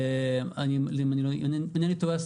אם אינני טועה,